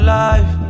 life